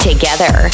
Together